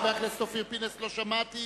חבר הכנסת אופיר פינס, לא שמעתי